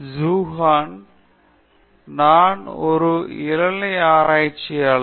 ஜீஷான் நான் ஒரு இளநிலை ஆராய்ச்சியாளர்